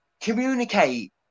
communicate